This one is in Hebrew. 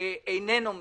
איננו מאושר.